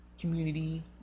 community